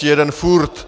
Jeden furt.